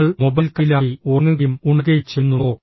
നിങ്ങൾ മൊബൈൽ കയ്യിലാക്കി ഉറങ്ങുകയും ഉണരുകയും ചെയ്യുന്നുണ്ടോ